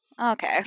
okay